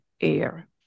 air